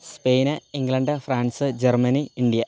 Spain England France Germany India